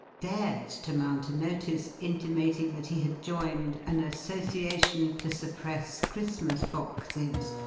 dared to mount a notice, intimating that he had joined an association to suppress christmas-boxes,